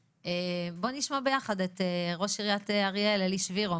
בואי נשמע יחד את ראש עיריית אריאל אלי שבירו,